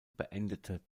beendete